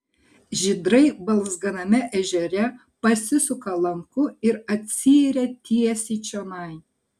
žydrai balzganame ežere pasisuka lanku ir atsiiria tiesiai čionai